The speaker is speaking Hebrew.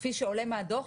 כפי שעולה מהדוח,